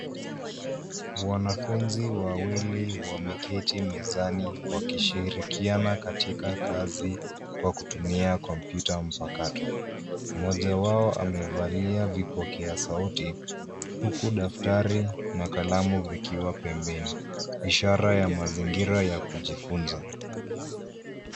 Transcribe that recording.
Wanafunzi wawili wameketi mezani wakishirikiana katika kazi kwa kutumia kompyuta mpakato. Mmoja wao amevalia vipokea sauti huku daftari na kalamu vikiwa pembeni ishara ya mazingira ya kujifunza.